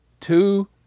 two